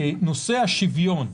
נושא השוויון,